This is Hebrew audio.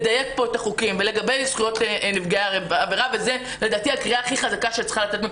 החוק של האיזוק האלקטרוני שלך תקוע פה